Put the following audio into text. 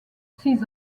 six